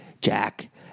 Jack